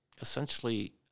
essentially